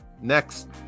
next